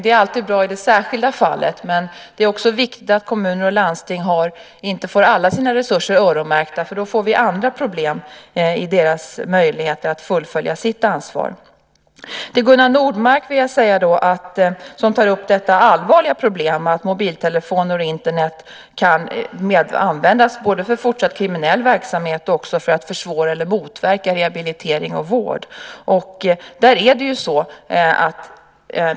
Det är alltid bra i det särskilda fallet, men det är också viktigt att kommuner och landsting inte får alla sina resurser öronmärkta. Då får vi andra problem med deras möjligheter att fullfölja sitt ansvar. Till Gunnar Nordmark, som tar upp det allvarliga problemet att mobiltelefoner och Internet kan användas både för fortsatt kriminell verksamhet och för att försvåra eller motverka rehabilitering och vård, vill jag säga följande.